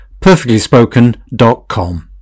perfectlyspoken.com